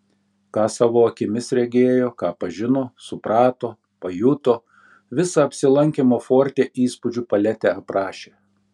ką savo akimis regėjo ką pažino suprato pajuto visą apsilankymo forte įspūdžių paletę aprašė